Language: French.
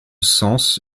sens